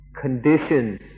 conditions